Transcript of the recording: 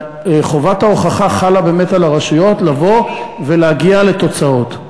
חובת ההוכחה חלה כל הרשויות לבוא ולהגיע לתוצאות.